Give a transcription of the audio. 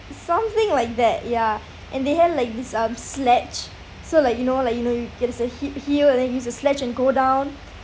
something like that ya and they have like this um sledge so like you know like you know you there's a steep hill and then you use a sledge and go down